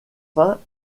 fin